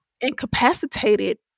incapacitated